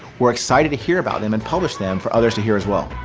we're excited to hear about them and publish them for others to hear as well.